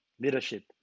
leadership